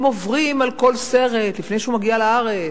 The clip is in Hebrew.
הם עוברים על כל סרט לפני שהוא מגיע לארץ,